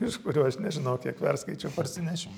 iš kurių aš nežinau kiek perskaičiau parsinešiau